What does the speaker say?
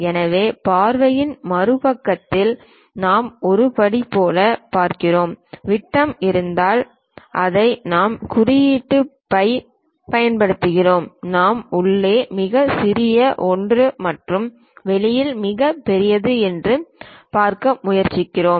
எனவே பார்வையின் மறுபக்கத்தில் நாம் ஒரு படி போல் பார்க்கிறோம் விட்டம் இருந்தால் விட்டம் இருந்தால் அதை நாம் குறியீட்டு பை பயன்படுத்துகிறோம் மற்றும் உள்ளே மிகச்சிறிய ஒன்று மற்றும் வெளியில் மிகப்பெரியது என்று பார்க்க முயற்சிக்கிறோம்